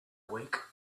week